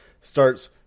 starts